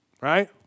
right